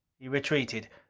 he retreated,